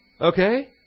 Okay